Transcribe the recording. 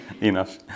Enough